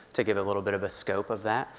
to give a little bit of a scope of that.